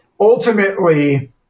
ultimately